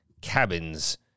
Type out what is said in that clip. cabins